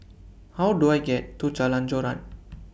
How Do I get to Jalan Joran